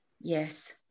Yes